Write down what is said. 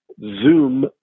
zoom